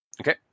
Okay